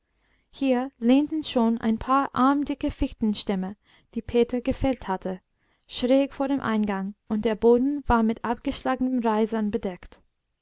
hier lehnten schon ein paar armdicke fichtenstämme die peter gefällt hatte schräg vor dem eingang und der boden war mit abgeschlagenen reisern bedeckt